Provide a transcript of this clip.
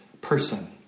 person